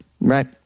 right